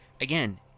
again